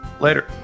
later